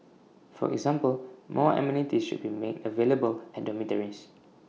for example more amenities should be made available at dormitories